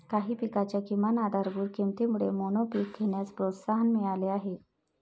काही पिकांच्या किमान आधारभूत किमतीमुळे मोनोपीक घेण्यास प्रोत्साहन मिळाले आहे